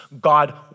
God